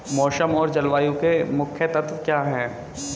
मौसम और जलवायु के मुख्य तत्व क्या हैं?